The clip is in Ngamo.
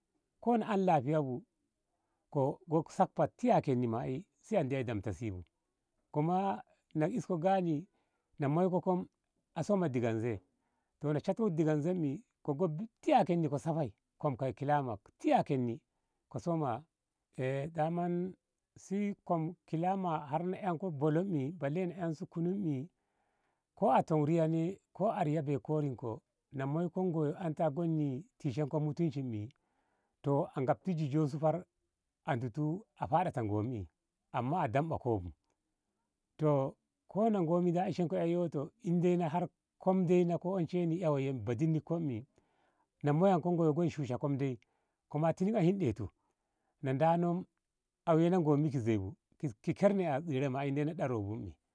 Ko na an lahiya bu ka go ka saka ko tiyakanni si an eiyo damta si bu ko moya na ka isko gyamani na moi ko koi a soma digenze toh na shat ko digenzen min ko go tiyakanni ko saha kom kai kilama tiyakanni ko saha a dama si kom kilama har na itko yo bolonni balle na ansu kunu i ko an ton riya ne ko a riya ton kori na moi ko ngo anta a go ni tishenko mutunshi min toh a ngabti jijo su fa a ditu a farata ngoi wom amma a damba koi bu toh ko na ngom woi goni ishenko ei yoto indai na har kom ko onshenni ei woiye badinni kom yi na moyan ko ngoi goni shusha kom ko moya tinin a hinɗe tu na dano a wena ngoi ki zeibu ki kyer ne a tsira ma i dino ɗa rewe woi.